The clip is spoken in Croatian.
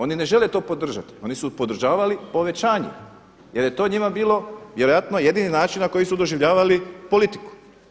Oni ne žele to podržati, oni su podržavali povećanje jer je to njima bilo vjerojatno jedini način na koji su doživljavali politiku.